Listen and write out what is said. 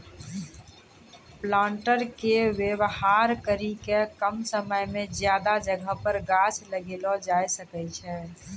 planter के वेवहार करी के कम समय मे ज्यादा जगह पर गाछ लगैलो जाय सकै छै